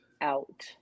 out